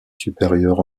supérieures